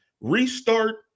restart